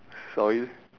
sorry